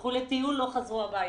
הלכו לטיול, לא חזרו הביתה.